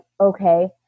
Okay